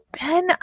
Ben